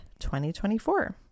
2024